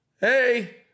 hey